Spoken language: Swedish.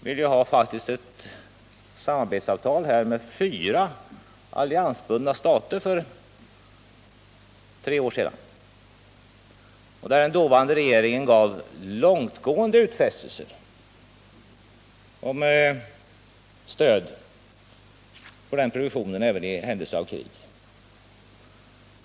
Vi hade faktiskt för tre år sedan ett samarbetsavtal med fyra alliansbundna stater, enligt vilket den dåvarande regeringen gav långtgående utfästelser om stöd för den produktionen även i händelse av krig.